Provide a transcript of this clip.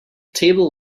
table